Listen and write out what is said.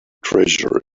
treasure